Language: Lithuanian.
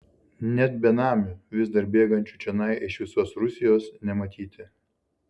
net benamių vis dar bėgančių čionai iš visos rusijos nematyti